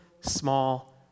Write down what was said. small